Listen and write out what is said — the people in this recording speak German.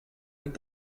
mit